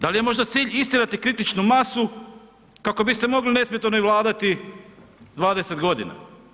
Da li je možda cilj istjerati kritičnu masu kako biste mogli nesmetano i vladati 20 godina?